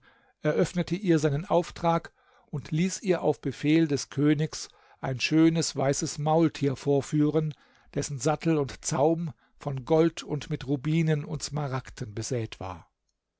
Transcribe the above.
eröffnete ihr seinen auftrag und ließ ihr auf befehl des königs ein schönes weißes maultier vorführen dessen sattel und zaum von gold und mit rubinen und smaragden besät war